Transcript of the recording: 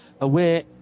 away